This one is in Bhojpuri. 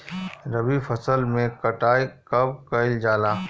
रबी फसल मे कटाई कब कइल जाला?